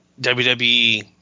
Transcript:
WWE